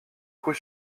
coup